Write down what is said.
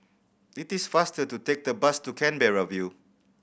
it is faster to take the bus to Canberra View